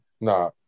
Nah